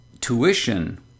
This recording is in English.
tuition